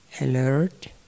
alert